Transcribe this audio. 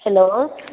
hello